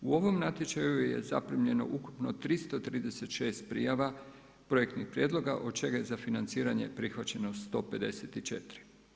U ovom natječaju je zaprimljeno ukupno 336 prijava projektnih prijedloga od čega je za financiranje prihvaćeno 154.